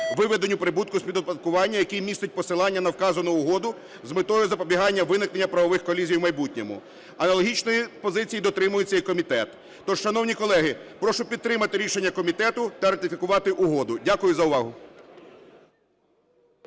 виведення прибутку з-під оподаткування", який містить посилання на вказану угоду з метою запобігання виникнення правових колізій у майбутньому. Аналогічної позиції дотримується і комітет. Тож, шановні колеги, прошу підтримати рішення комітету та ратифікувати угоду. Дякую за увагу.